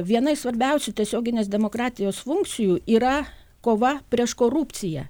viena iš svarbiausių tiesioginės demokratijos funkcijų yra kova prieš korupciją